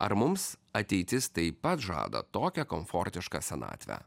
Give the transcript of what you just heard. ar mums ateitis taip pat žada tokią komfortišką senatvę